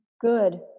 Good